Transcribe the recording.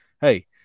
Hey